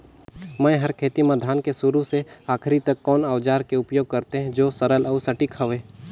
मै हर खेती म धान के शुरू से आखिरी तक कोन औजार के उपयोग करते जो सरल अउ सटीक हवे?